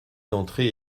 d’entrée